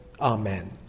Amen